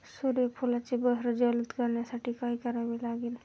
सूर्यफुलाची बहर जलद करण्यासाठी काय करावे लागेल?